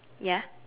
ya